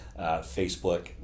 Facebook